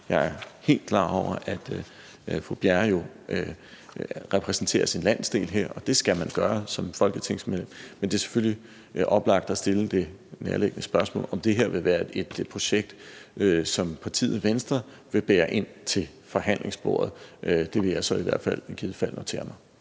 Jeg er helt klar over, at fru Bjerre jo repræsenterer sin landsdel her, og det skal man gøre som folketingsmedlem, men det er selvfølgelig oplagt at stille det nærliggende spørgsmål, om det her vil være et projekt, som partiet Venstre vil bære ind til forhandlingsbordet. Det vil jeg så i givet fald notere mig.